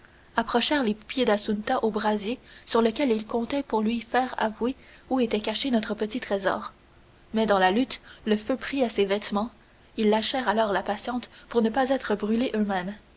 approchèrent les pieds d'assunta du brasier sur lequel ils comptaient pour lui faire avouer où était caché notre petit trésor mais dans la lutte le feu prit à ses vêtements ils lâchèrent alors la patiente pour ne pas être brûlés eux-mêmes